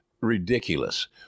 Ridiculous